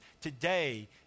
today